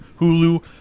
Hulu